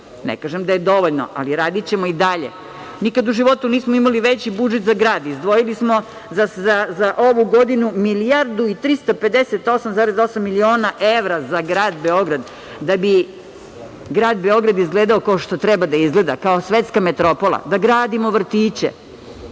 Ne kažem da je dovoljno, ali radićemo i dalje. Nikada u životu nismo imali veći budžet za grad. Izdvojili smo za ovu godinu milijardu i 358,8 miliona evra za grad Beograd, da bi grad Beograd izgledao kao što treba da izgleda, kao svetska metropola, da gradimo vriće,